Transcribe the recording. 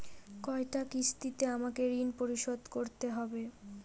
কয়টা কিস্তিতে আমাকে ঋণ পরিশোধ করতে হবে?